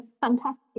fantastic